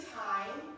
time